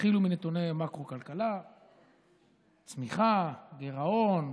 התחילו מנתוני מקרו-כלכלה, צמיחה, גירעון,